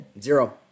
Zero